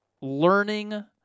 learning